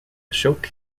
ashok